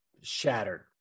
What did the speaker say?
shattered